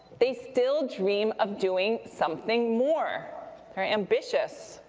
they still dream of doing something more. they're ambitious.